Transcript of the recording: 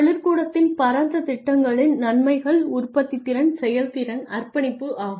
தொழிற்கூடத்தின் பரந்த திட்டங்களின் நன்மைகள் உற்பத்தித்திறன் செயல்திறன் அர்ப்பணிப்பு ஆகும்